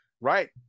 Right